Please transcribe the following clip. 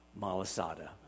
malasada